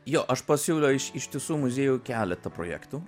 jo aš pasiūliau iš ištisų muziejui keletą projektų